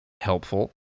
helpful